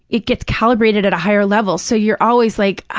it gets calibrated at a higher level, so you're always like,